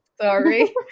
Sorry